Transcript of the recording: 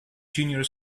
junior